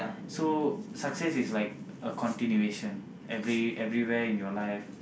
so success is like a continuation every everywhere in your life